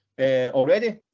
already